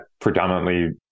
predominantly